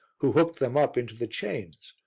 who hooked them up into the chains,